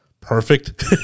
perfect